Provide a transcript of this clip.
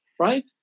Right